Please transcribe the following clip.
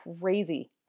crazy